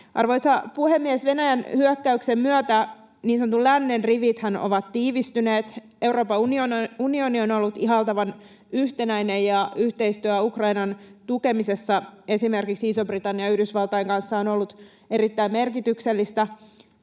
Arvoisa puhemies! Venäjän hyökkäyksen myötä niin sanotun lännen rivithän ovat tiivistyneet. Euroopan unioni on ollut ihailtavan yhtenäinen, ja yhteistyö Ukrainan tukemisessa esimerkiksi Ison-Britannian ja Yhdysvaltain kanssa on ollut erittäin merkityksellistä.